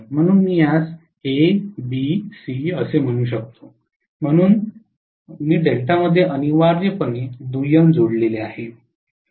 म्हणून मी यास A B C असे म्हणू शकतो म्हणूनच मी डेल्टामध्ये अनिवार्यपणे दुय्यम जोडले आहे